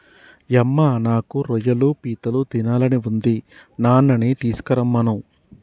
యమ్మ నాకు రొయ్యలు పీతలు తినాలని ఉంది నాన్ననీ తీసుకురమ్మను